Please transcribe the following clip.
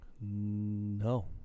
No